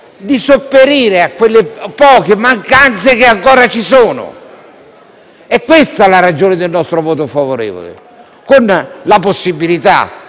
di sopperire a quelle poche mancanze che ancora ci sono. È questa la ragione del nostro voto favorevole, con l'auspicio